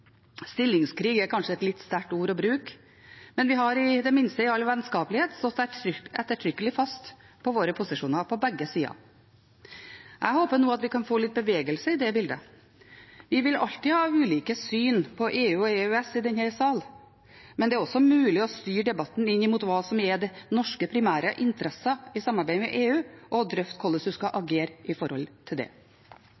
Stillingskrig er kanskje et litt sterkt ord å bruke, men vi har i det minste i all vennskapelighet stått ettertrykkelig fast på våre posisjoner på begge sider. Jeg håper nå at vi kan få litt bevegelse i det bildet. Vi vil alltid ha ulike syn på EU og EØS i denne sal, men det er også mulig å styre debatten inn mot hva som er de norske primære interesser i samarbeidet med EU, og drøfte hvordan man skal